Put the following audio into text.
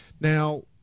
now